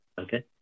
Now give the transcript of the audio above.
Okay